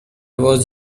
was